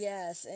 Yes